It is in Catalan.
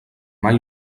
mai